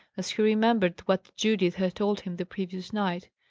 as he remembered what judith had told him the previous night.